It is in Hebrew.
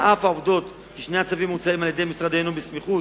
על אף העובדה ששני הצווים מוצאים על-ידי משרדנו בסמיכות,